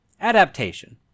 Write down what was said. Adaptation